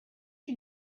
you